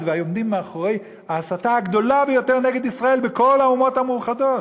ועמדו מאחורי ההסתה הגדולה ביותר נגד ישראל בכל האומות המאוחדות.